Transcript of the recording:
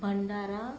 Bhandara